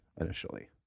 initially